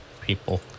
people